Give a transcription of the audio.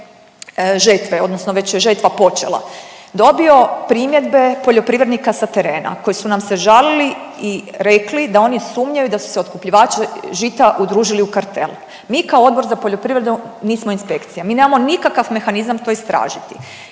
odnosno već je žetva počela, dobio primjedbe poljoprivrednike sa terena koji su nam se žalili i rekli da oni sumnjaju da su se otkupljivači žita udružili u kartel. Mi kao Odbor za poljoprivredu nismo inspekcija, mi nemamo nikakav mehanizam to istražiti,